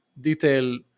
detail